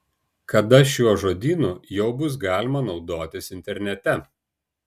kada šiuo žodynu jau bus galima naudotis internete